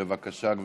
בבקשה, גברתי,